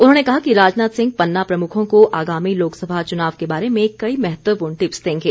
उन्होंने कहा कि राजनाथ सिंह पन्ना प्रमुखों को आगामी लोकसभा चुनाव के बारे में कई महत्वपूर्ण टिप्स देंगे